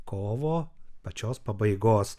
kovo pačios pabaigos